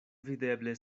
videble